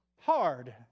hard